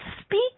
speak